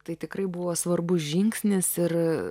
tai tikrai buvo svarbus žingsnis ir